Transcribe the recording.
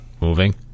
moving